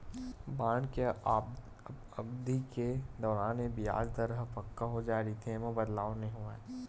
bond के अबधि के दौरान ये बियाज दर ह पक्का हो जाय रहिथे, ऐमा बदलाव नइ होवय